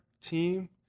team